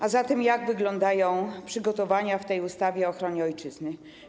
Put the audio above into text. A zatem jak wyglądają przygotowania w tej ustawie o obronie Ojczyzny?